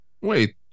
Wait